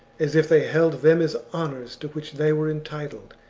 as if they held them as honours to which they were entitled,